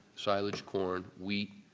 silage corn, wheat,